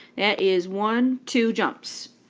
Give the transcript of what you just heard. that is one, two jumps.